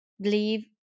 believe